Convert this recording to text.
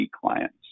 clients